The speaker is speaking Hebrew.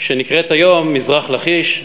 שנקראת היום מזרח-לכיש,